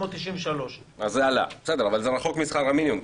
3,593. אז זה עלה אבל זה רחוק משכר המינימום,